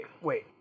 wait